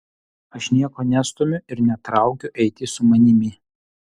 aš nieko nestumiu ir netraukiu eiti su manimi